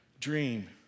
dream